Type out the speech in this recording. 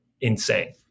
insane